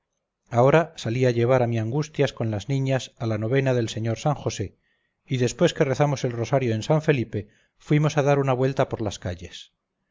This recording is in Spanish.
ahora salí a llevar a mi angustias con las niñas a la novena del señor san josé y después que rezamos el rosario en san felipe fuimos a dar una vuelta por las calles